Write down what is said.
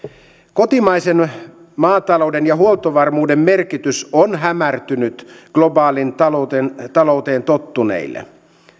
kotimaisen maatalouden ja huoltovarmuuden merkitys on hämärtynyt globaaliin talouteen talouteen tottuneille